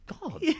God